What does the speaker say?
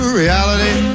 reality